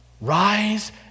Rise